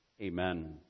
amen